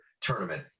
tournament